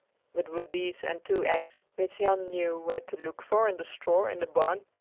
but with these and two eggs, which jan knew where to look for in the straw in the barn,